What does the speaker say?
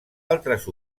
altres